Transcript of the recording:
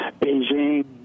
Beijing